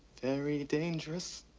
very dangerous.